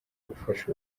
gufasha